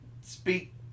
speak